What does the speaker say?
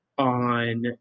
on